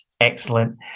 excellent